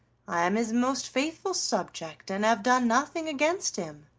i am his most faithful subject, and have done nothing against him.